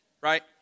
right